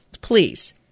please